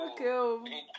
okay